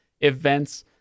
events